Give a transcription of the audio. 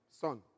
son